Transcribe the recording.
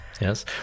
yes